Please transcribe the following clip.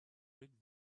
read